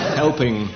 helping